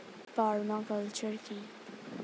Parma culture কি?